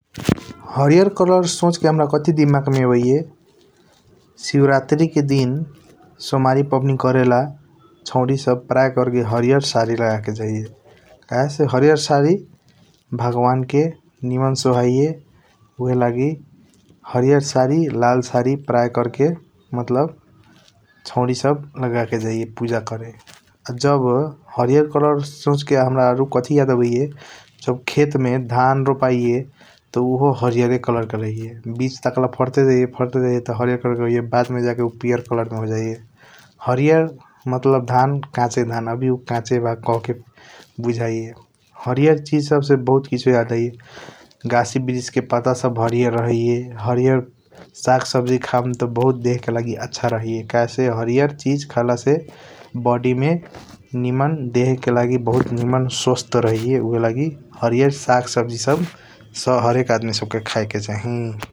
हारीयर कलर सोच के हमारा काठी दिमाग मे आबाइया शिवरात्रि के दिन सोमरी पबानी करेल सौरी सब पार्य करके हरियर सारी लगाके जाइया । कहेसे हरियारी सारी भगवान के निमन सोहाइया उहएलागी हरियर सारी लाल सारी पार्य करके मतलब सौरी सब लगा के जाइया पूज करे । जब हरियर कलर सोचके हाम्रा आरु काठी याद आबाइया जब खेत मे धन रोपाइया उहू हरीयार कलर के रहैय बीच तलका फरतेजाइया फरतेजाइया त हरियर कलर के रहैया बदमे जाके पीआर कलर के होजाइया । हरियर धन मतलब काछे धन आवी उ काछे ब कहहके बुझाइया हरियर चीज सब से बहुत किसियों याद आइया गशी बिरिस के पता व हरियर रहैया । हरियर सागसब्जी खाम त बहुत देह के लागि आछ रही कहेसे हरियर चीज कहयाल से बॉडी मे निमन देह के लागि बहुत निमन सोवास्त रहिया उहएलागी हरियर सागसब्जी हरेक आदमी सब के खेके चाही ।